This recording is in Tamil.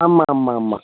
ஆமாம் ஆமாம் ஆமாம்